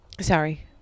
Sorry